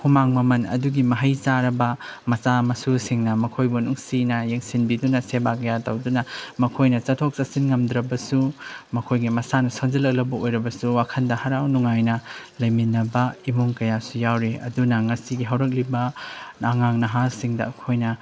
ꯍꯨꯃꯥꯡ ꯃꯃꯟ ꯑꯗꯨꯒꯤ ꯃꯍꯩ ꯆꯥꯔꯕ ꯃꯆꯥ ꯃꯁꯨꯁꯤꯡꯅ ꯃꯈꯣꯏꯕꯨ ꯅꯨꯡꯁꯤꯅ ꯌꯦꯡꯁꯤꯟꯕꯤꯗꯨꯅ ꯁꯦꯕꯥ ꯀꯌꯥ ꯇꯧꯗꯨꯅ ꯃꯈꯣꯏꯅ ꯆꯠꯊꯣꯛ ꯆꯠꯁꯤꯟ ꯉꯝꯗ꯭ꯔꯕꯁꯨ ꯃꯈꯣꯏꯒꯤ ꯃꯁꯥꯅ ꯁꯣꯟꯖꯤꯜꯂꯛꯂꯕ ꯑꯣꯏꯔꯁꯨ ꯋꯥꯈꯜꯗ ꯍꯔꯥꯎ ꯅꯨꯡꯉꯥꯏꯅ ꯂꯩꯃꯤꯟꯅꯕ ꯏꯃꯨꯡ ꯀꯌꯥꯁꯨ ꯌꯥꯎꯔꯤ ꯑꯗꯨꯅ ꯉꯁꯤꯒꯤ ꯍꯧꯔꯛꯂꯤꯕ ꯑꯉꯥꯡ ꯅꯍꯥꯁꯤꯡꯗ ꯑꯩꯈꯣꯏꯅ